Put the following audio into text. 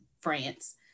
France